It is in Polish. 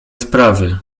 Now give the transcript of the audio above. sprawy